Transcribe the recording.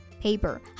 paper